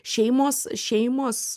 šeimos šeimos